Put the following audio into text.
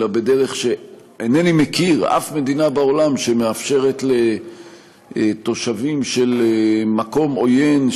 אינני מכיר שום מדינה בעולם שמאפשרת לתושבים של מקום עוין,